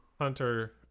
Hunter